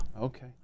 Okay